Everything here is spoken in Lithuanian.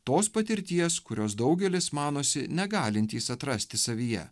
tos patirties kurios daugelis manosi negalintys atrasti savyje